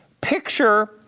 picture